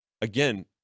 again